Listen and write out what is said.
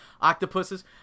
octopuses